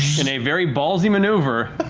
in a very ballsy maneuver,